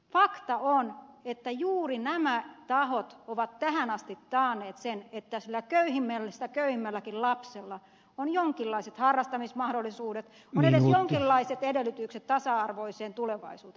fakta on että juuri nämä tahot ovat tähän asti taanneet sen että sillä köyhimmästä köyhimmälläkin lapsella on jonkinlaiset harrastamismahdollisuudet on edes jonkinlaiset edellytykset tasa arvoiseen tulevaisuuteen